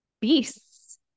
beasts